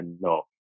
No